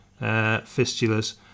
fistulas